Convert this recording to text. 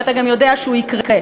ואתה גם יודע שהוא יקרה.